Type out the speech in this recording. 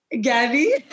Gabby